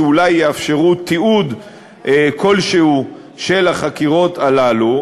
שאולי יאפשרו תיעוד כלשהו של החקירות האלה,